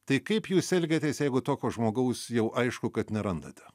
tai kaip jūs elgiatės jeigu tokio žmogaus jau aišku kad nerandate